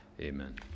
amen